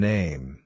Name